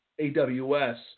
AWS